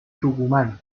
tucumán